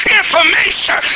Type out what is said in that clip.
information